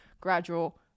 gradual